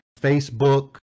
Facebook